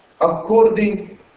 according